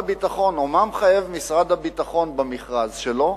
משרד הביטחון במכרז שלו?